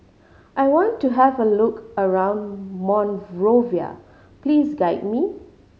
I want to have a look around Monrovia please guide me